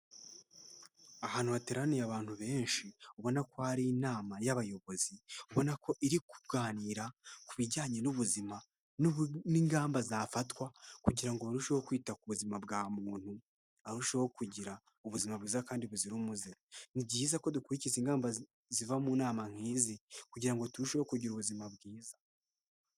Ahantu hateraniye abantu benshi ubona ko hari inama y'abayobozi mbona ko iri kuganira ku bijyanye n'ubuzima n'ingamba zafatwa kugira ngo barusheho kwita ku buzima bwa muntu arusheho kugira ubuzima bwiza kandi buzira umuze ni byiza ko dukurikiza ingamba ziva mu nama nk'izi kugira ngo turusheho kugira ubuzima bwiza.